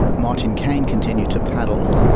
martin kane continued to paddle,